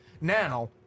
Now